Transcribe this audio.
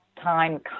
time